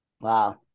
Wow